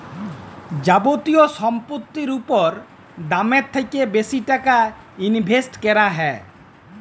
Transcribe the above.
যাবতীয় সম্পত্তির উপর দামের থ্যাকে বেশি টাকা ইনভেস্ট ক্যরা হ্যয়